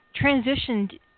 transitioned